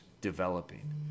developing